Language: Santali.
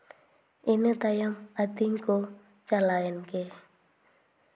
ᱤᱱᱟᱹ ᱛᱟᱭᱚᱢ ᱟᱹᱛᱤᱧ ᱠᱚ ᱪᱟᱞᱟᱣ ᱮᱱ ᱜᱮ